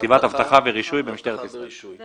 אבטחה ורישוי במשטרת ישראל או